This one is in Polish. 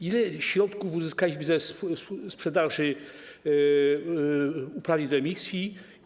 Ile środków uzyskaliśmy ze sprzedaży uprawnień do emisji?